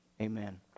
amen